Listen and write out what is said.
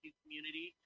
community